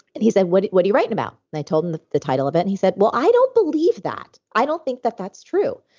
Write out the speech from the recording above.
and he said, what what are you writing about? and i told him the the title of it and he said, well, i don't believe that. i don't think that that's true.